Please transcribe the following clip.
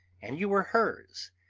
and you were hers.